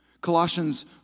Colossians